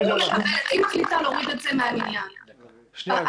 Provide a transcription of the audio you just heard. היא מחליטה להוריד את זה מה --- גב' בידרמן,